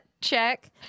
check